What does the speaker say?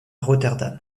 rotterdam